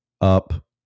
up